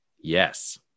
Yes